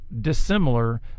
dissimilar